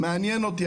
זה מעניין אותי.